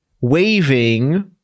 waving